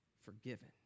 forgiven